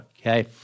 okay